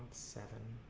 seven